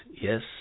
Yes